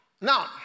Now